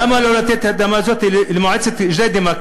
למה לא לתת את האדמה הזאת למועצת ג'דיידה-מכר,